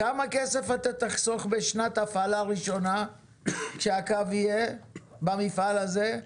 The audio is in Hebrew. כמה כסף אתה תחסוך בשנת הפעלה ראשונה כשהקו יהיה במפעל הזה?